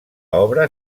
obra